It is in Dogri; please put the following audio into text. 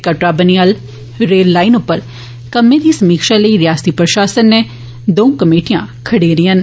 कटड़ा बनिहाल रेल लाईन पर कम्मै दी समीक्षा लेई रयासती प्रशासन नै दंऊ कमेटियां खडेरियां न